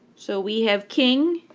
so we have king